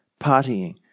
partying